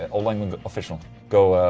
ola englund official go.